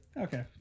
Okay